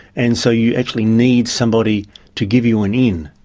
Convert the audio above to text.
and so you actually need somebody to give you an in,